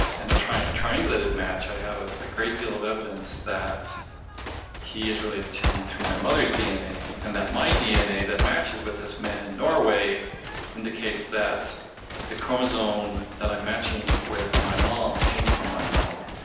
and in a triangulated match, i have ah a great deal of evidence that he is related to me through my mother's dna, and that my dna that matches with this man in norway indicates that the chromosome that i'm matching with on my mom came from my mom.